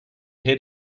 head